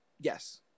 yes